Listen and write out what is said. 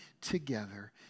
together